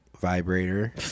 vibrator